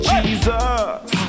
Jesus